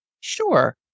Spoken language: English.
Sure